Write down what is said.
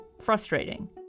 frustrating